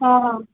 हां हां